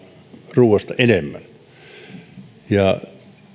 ruuasta enemmän ja